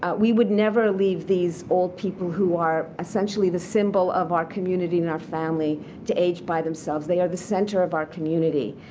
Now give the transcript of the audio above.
ah we would never leave these old people who are essentially the symbol of our community and our family to age by themselves. they are the center of our community.